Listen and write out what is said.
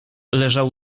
leżał